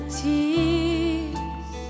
tears